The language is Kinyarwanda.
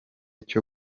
cyo